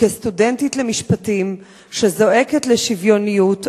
וכסטודנטית למשפטים שזועקת לשוויוניות,